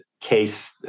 case